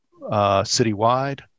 citywide